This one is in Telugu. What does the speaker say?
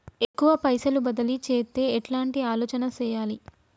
ఎక్కువ పైసలు బదిలీ చేత్తే ఎట్లాంటి ఆలోచన సేయాలి?